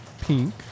pink